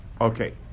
Okay